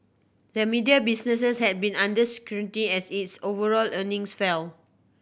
the media businesses has been under scrutiny as its overall earnings fell